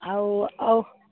ଆଉ ଆଉ